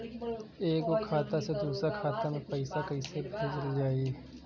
एगो खाता से दूसरा खाता मे पैसा कइसे भेजल जाई?